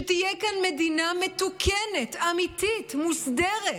שתהיה כאן מדינה מתוקנת, אמיתית, מוסדרת,